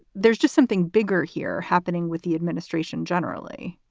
there's just something bigger here happening with the administration generally